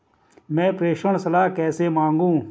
मैं प्रेषण सलाह कैसे मांगूं?